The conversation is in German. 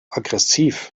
aggressiv